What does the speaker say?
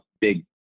big